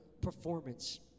performance